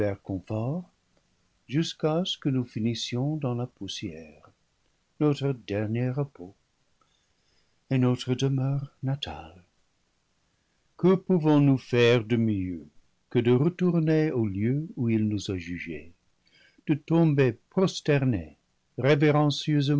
comforts jusqu'à ce que nous finis sions dans la poussière notre dernier repos et notre demeure natale que pouvons-nous faire de mieux que de retourner au lieu où il nous a jugés de tomber prosternés